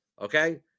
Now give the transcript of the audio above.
Okay